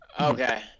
Okay